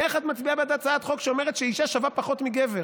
איך את מצביעה בעד הצעת חוק שאומרת שאישה שווה פחות מגבר?